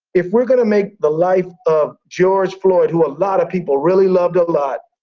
if we're gonna make the life of george floyd, who a lot of people really loved a lot,